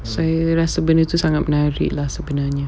saya rasa benda itu sangat menarik lah sebenarnya